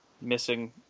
missing